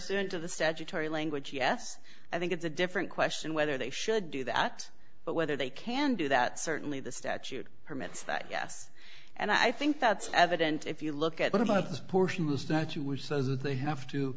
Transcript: cent of the statutory language yes i think it's a different question whether they should do that but whether they can do that certainly the statute permits that yes and i think that's evident if you look at what about this portion of the statue which says that they have to